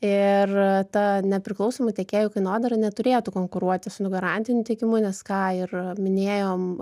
ir ta nepriklausomų tiekėjų kainodara neturėtų konkuruoti su garantiniu tiekimu nes ką ir minėjom